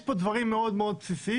יש פה דברים מאוד בסיסיים,